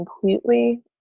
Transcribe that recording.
completely